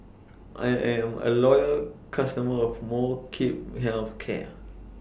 I Am A Loyal customer of Molnylcke Health Care